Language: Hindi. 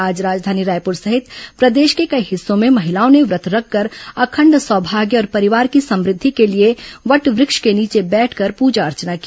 आज राजधानी रायपुर सहित प्रदेश के कई हिस्सों में महिलाएं व्रत रखकर अखंड सौभाग्य और परिवार की समृद्धि के लिए वट वृक्ष के नीचे बैठकर पूजा अर्चना की